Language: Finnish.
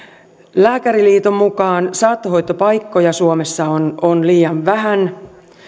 lääkäriliiton mukaan saattohoitopaikkoja suomessa on on liian vähän